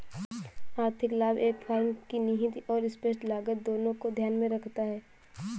आर्थिक लाभ एक फर्म की निहित और स्पष्ट लागत दोनों को ध्यान में रखता है